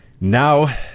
Now